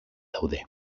daude